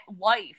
life